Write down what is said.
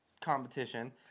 competition